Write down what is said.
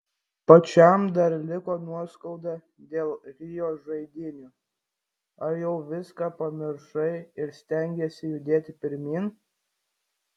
pačiam dar liko nuoskauda dėl rio žaidynių ar jau viską pamiršai ir stengiesi judėti pirmyn